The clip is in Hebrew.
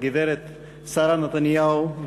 הגברת שרה נתניהו,